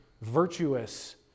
virtuous